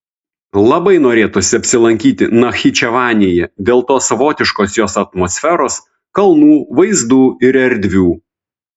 labai norėtųsi apsilankyti nachičevanėje dėl tos savotiškos jos atmosferos kalnų vaizdų ir erdvių